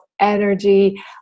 energy